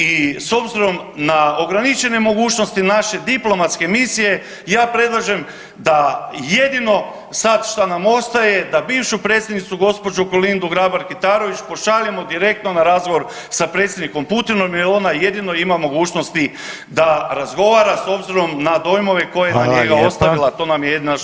I s obzirom na ograničene mogućnosti naše diplomatske misije ja predlažem da jedino sad šta nam ostaje da bivšu predsjednicu, gospođu Kolindu Grabar Kitarović pošaljemo direktno na razgovor sa predsjednikom Putinom jer ona jedino ima mogućnosti da razgovara s obzirom na dojmove koje je na njega ostavila [[Upadica Reiner: Hvala lijepa.]] To nam je jedina šansa.